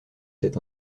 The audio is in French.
cet